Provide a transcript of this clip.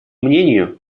мнению